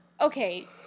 okay